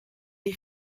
die